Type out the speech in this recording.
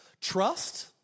Trust